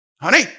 honey